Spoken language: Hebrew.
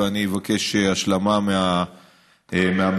ואני אבקש השלמה מהמשטרה.